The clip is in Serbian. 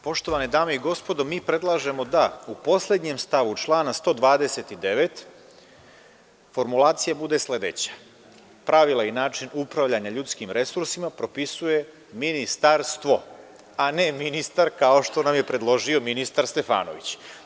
Poštovane dame i gospodo, mi predlažemo da u poslednjem stavu člana 129. formulacija bude sledeća: „pravila i način upravljanja ljudskim resursima propisuje ministarstvo“, a ne ministar kao što nam je predložio ministar Stefanović.